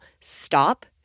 stop